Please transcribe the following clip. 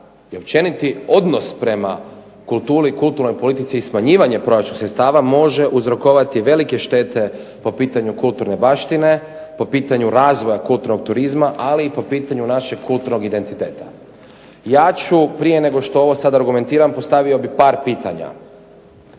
općeniti odnos prema kulturi i kulturnoj politici i smanjivanje proračunskih sredstava može uzrokovati velike štete po pitanju kulturne baštine, po pitanju razvoja kulturnog turizma, ali i po pitanju našeg kulturnog identiteta. Ja ću prije nego što ovo sad argumentiram postavio bih par pitanja.